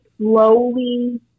slowly